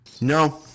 No